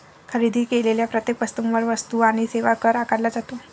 खरेदी केलेल्या प्रत्येक वस्तूवर वस्तू आणि सेवा कर आकारला जातो